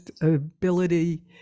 ability